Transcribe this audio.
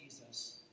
Jesus